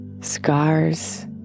scars